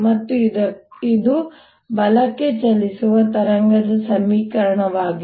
ಮತ್ತು ಇದು ಬಲಕ್ಕೆ ಚಲಿಸುವ ತರಂಗದ ಸಮೀಕರಣವಾಗಿದೆ